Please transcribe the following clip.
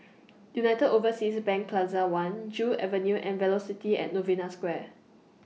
United Overseas Bank Plaza one Joo Avenue and Velocity At Novena Square